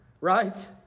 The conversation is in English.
right